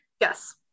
Yes